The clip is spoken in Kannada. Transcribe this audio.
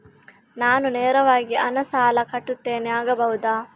ನಾನು ನೇರವಾಗಿ ಹಣ ಸಾಲ ಕಟ್ಟುತ್ತೇನೆ ಆಗಬಹುದ?